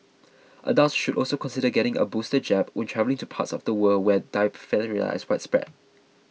adults should also consider getting a booster jab which travelling to parts of the world where diphtheria is widespread